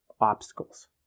obstacles